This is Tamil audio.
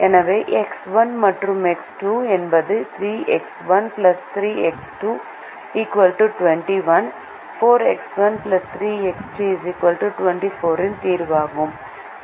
எனவே X1 மற்றும் X2 என்பது 3X1 3X2 21 4X1 3X2 24 இன் தீர்வாகும்